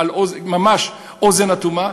ממש על אוזן אטומה,